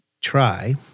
try